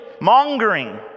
mongering